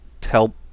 tell